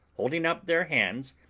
holding up their hands,